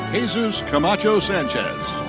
jesus camacho sanchez.